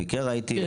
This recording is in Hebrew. במקרה ראיתי,